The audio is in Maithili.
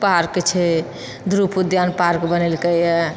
पार्क छै ध्रुप उद्यान पार्क बनेलकैए